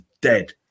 dead